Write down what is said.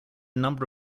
number